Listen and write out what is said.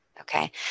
okay